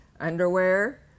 underwear